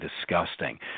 disgusting